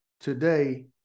today